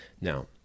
Now